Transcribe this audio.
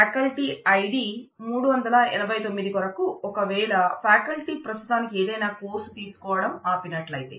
faculty ID 389 కొరకు ఒకవేళ faculty ప్రస్తుతానికి ఏదైనా కోర్సు తీసుకోవడం ఆపినట్లయితే